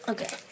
Okay